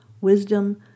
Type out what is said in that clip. wisdom